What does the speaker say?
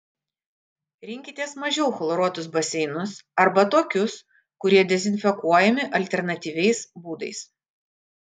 rinkitės mažiau chloruotus baseinus arba tokius kurie dezinfekuojami alternatyviais būdais